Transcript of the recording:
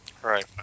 Right